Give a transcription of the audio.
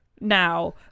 now